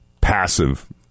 passive